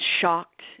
shocked